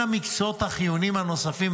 בין המקצועות החיוניים הנוספים,